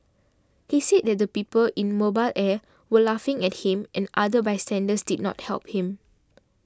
he said that the people in Mobile Air were laughing at him and other bystanders did not help him